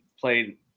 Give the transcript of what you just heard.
played